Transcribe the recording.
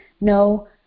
no